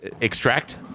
Extract